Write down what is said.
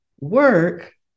work